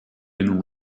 been